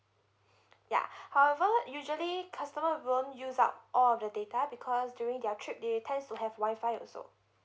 ya however usually customer won't use up all of the data because during their trip they tend to have wi-fi also